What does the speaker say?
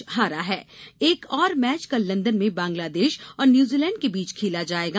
अब तक हारा एक और मैच कल लंदन में बांग्लादेश और न्यूजीलैंड के बीच खेला जाएगा